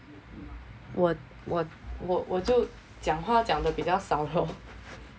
我我我我就讲话讲得比较少咯